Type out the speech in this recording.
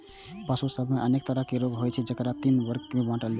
पशु सभ मे अनेक तरहक रोग होइ छै, जेकरा तीन वर्ग मे बांटल जा सकै छै